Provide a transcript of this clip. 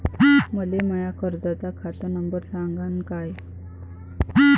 मले माया कर्जाचा खात नंबर सांगान का?